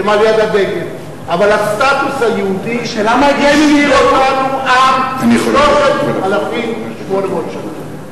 אבל הסטטוס היהודי השאיר אותנו עַם 3,800 שנה.